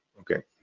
okay